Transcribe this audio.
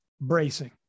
bracing